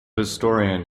historian